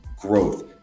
growth